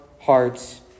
hearts